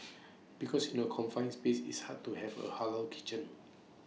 because in A confined space is hard to have A Halal kitchen